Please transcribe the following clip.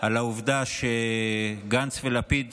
על העובדה שגנץ ולפיד